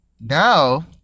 Now